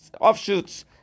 offshoots